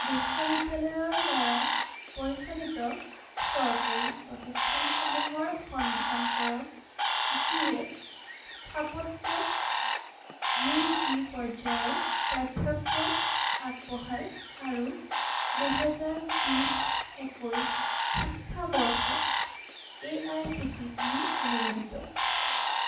বিশ্ববিদ্যালয়ৰ দ্বাৰা পৰিচালিত চৰকাৰী প্ৰতিষ্ঠানসমূহৰ সন্ধান কৰক যিয়ে স্থাপত্যৰ ইউ জি পৰ্য্য়ায়ৰ পাঠ্যক্ৰম আগবঢ়ায় আৰু দুহেজাৰ বিছ একৈছ শিক্ষাবৰ্ষত এআইচিটিই অনুমোদিত